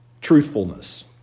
truthfulness